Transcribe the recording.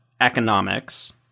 economics